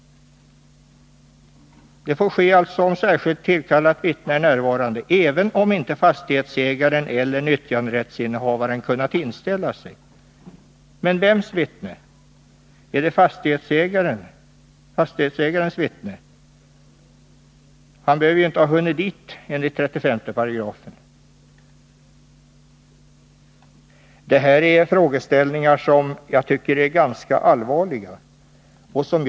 Besiktningen får alltså ske även om inte fastighetsägaren eller nyttjanderättsägaren kunnat infinna sig, bara särskilt tillkallat vittne är närvarande. Är det fråga om fastighetsägarens vittne? Men enligt 35 § får förrättningen ske om inte vittnet hunnit inställa sig.